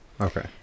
Okay